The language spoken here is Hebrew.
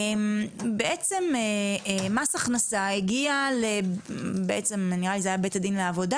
מס הכנסה הגיע נראה לי שזה היה בית הדין לעבודה